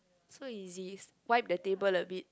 so easy wipe the table a bit